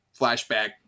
flashback